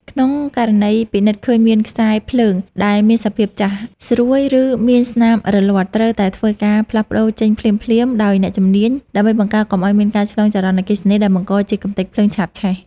ក្នុងករណីពិនិត្យឃើញថាមានខ្សែភ្លើងដែលមានសភាពចាស់ ស្រួយ ឬមានស្នាមរលាត់ ត្រូវតែធ្វើការផ្លាស់ប្ដូរចេញភ្លាមៗដោយអ្នកជំនាញ ដើម្បីបង្ការកុំឱ្យមានការឆ្លងចរន្តអគ្គិសនីដែលបង្កជាកម្ទេចភ្លើងឆាបឆេះ។